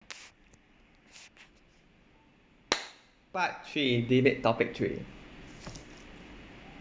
part three debate topic three